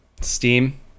steam